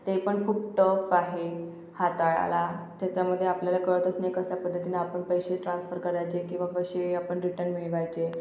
ते पण खूप टफ आहे हाताळायला त्याच्यामध्ये आपल्याला कळतच नाही कश्या पद्धतीने आपण पैसे ट्रान्सफर करायचे किंवा कसे आपण रिटन मिळवायचे